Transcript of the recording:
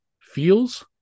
feels